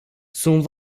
sunt